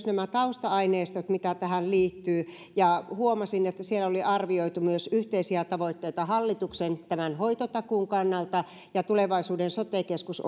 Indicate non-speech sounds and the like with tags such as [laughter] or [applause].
[unintelligible] nämä tausta aineistot mitä tähän liittyy ja huomasin että siellä oli arvioitu myös yhteisiä tavoitteita hallituksen hoitotakuun kannalta ja tulevaisuuden sote keskus [unintelligible]